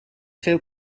veel